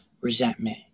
resentment